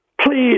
Please